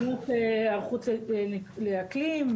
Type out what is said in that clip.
כמות היערכות לאקלים,